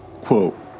Quote